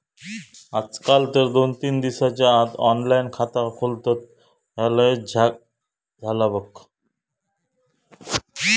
आजकाल तर दोन तीन दिसाच्या आत ऑनलाइन खाता खोलतत, ह्या लयच झ्याक झाला बघ